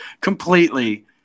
completely